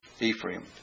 Ephraim